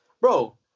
bro